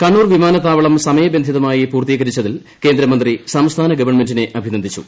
കണ്ണൂർ വിമാനത്താവളം സമയബന്ധിതമായി പൂർത്തീകരിച്ചതിൽ കേന്ദ്രമന്ത്രി സംസ്ഥാന ഗവൺമെന്റിനെ അഭിനന്ദിച്ചു